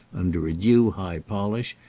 under a due high polish,